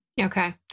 Okay